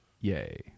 yay